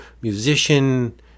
musician